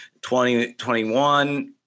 2021